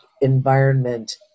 environment